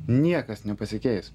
niekas nepasikeis